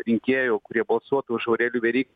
rinkėjų kurie balsuotų už aurelijų very